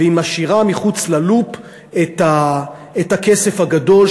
והיא משאירה מחוץ ללופ את הכסף הגדול,